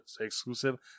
exclusive